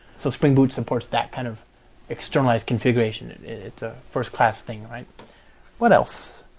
so spring boot supports that kind of externalized configuration. it's a first-class thing what else?